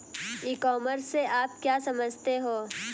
ई commerce से आप क्या समझते हो?